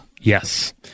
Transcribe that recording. Yes